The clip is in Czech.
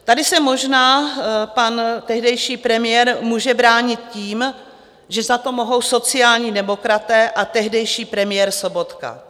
Tady se možná pan tehdejší premiér může bránit tím, že za to mohou sociální demokraté a tehdejší premiér Sobotka.